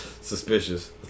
suspicious